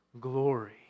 glory